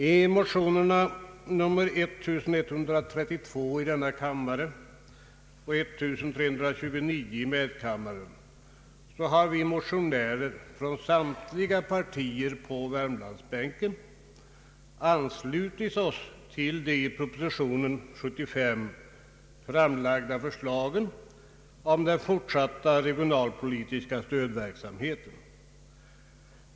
I motionerna 1: 1132 och II: 1329 har vi motionärer, från samtliga partier på Värmlandsbänken, anslutit oss till de i proposition nr 75 framlagda förslagen om den fortsatta regionalpolitiska stödverksamheten.